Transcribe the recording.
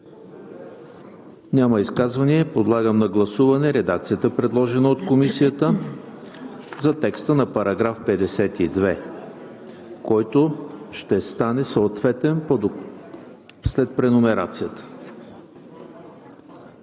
ЕМИЛ ХРИСТОВ: Подлагам на гласуване редакцията, предложена от Комисията за текста на § 52, който ще стане съответен след преномерацията.